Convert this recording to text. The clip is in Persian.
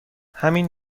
همین